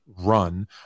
run